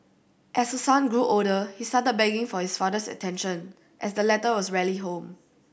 as her son grew older he started begging for his father's attention as the latter was rarely home